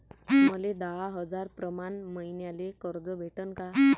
मले दहा हजार प्रमाण मईन्याले कर्ज भेटन का?